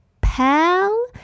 pal